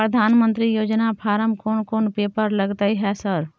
प्रधानमंत्री योजना फारम कोन कोन पेपर लगतै है सर?